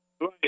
Right